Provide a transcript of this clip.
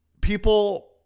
people